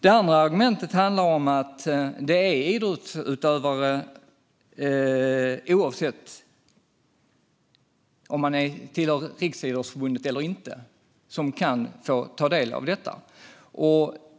Ett annat argument är att det är idrottsutövare, oavsett om de hör till Riksidrottsförbundet eller inte, som kan få del av undantaget.